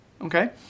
Okay